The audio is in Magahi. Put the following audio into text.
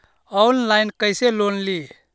ऑनलाइन कैसे लोन ली?